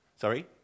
Sorry